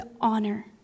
honor